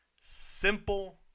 simple